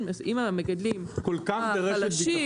אם המגדלים חלשים,